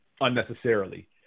unnecessarily